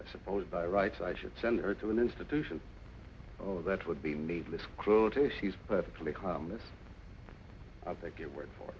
i suppose by rights i should send her to an institution oh that would be needless cruelty she's perfectly harmless i think it worked for